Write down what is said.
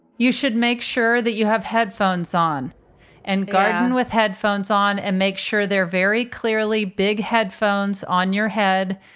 you should make sure that you have headphones on and garden with headphones on and make sure they're very clearly big headphones on your head,